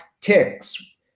ticks